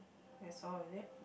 that's all is it